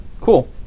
Cool